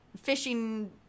fishing